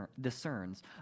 discerns